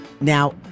Now